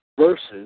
versus